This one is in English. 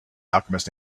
alchemist